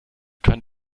kann